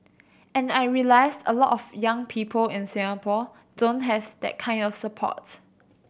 and I realised a lot of young people in Singapore don't have that kind of support